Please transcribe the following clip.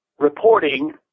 reporting